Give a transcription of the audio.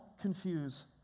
confuse